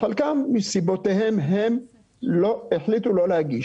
וחלקם מסיבותיהם הם החליטו לא להגיש.